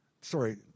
sorry